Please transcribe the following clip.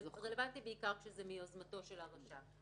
זה רלוונטי בעיקר כשזה מיוזמתו של הרשם.